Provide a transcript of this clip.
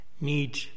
need